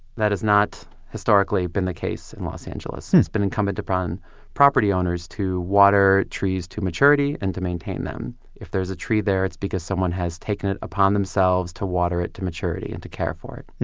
that is not historically been the case in los angeles. and it's been incumbent upon property owners to water trees to maturity and to maintain them. if there's a tree there, it's because someone has taken it upon themselves to water it to maturity and to care for it